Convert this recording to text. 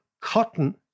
cotton